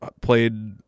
Played